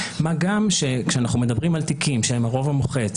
מה גם שכאשר אנחנו מדברים על תיקים שהם הרוב המוחץ,